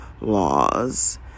laws